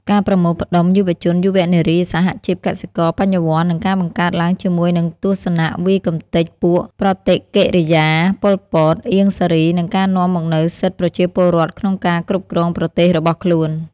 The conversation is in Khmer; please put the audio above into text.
ការប្រមូលផ្តុំ យុវជន យុវនារី សហជីព កសិករ បញ្ញាវន្ត័ និងការបង្កើតឡើងជាមួយនឹងទស្សនវាយកំទេចពួកប្រតិកិរិយា ប៉ុល ពត អៀង សារី និងការនាំមកនូវសិទ្ធិប្រជាពលរដ្ឋក្នុងការគ្រប់គ្រងប្រទេសរបស់ខ្លួន ។